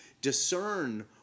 discern